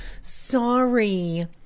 sorry